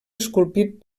esculpit